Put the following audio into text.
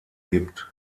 gibt